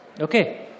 Okay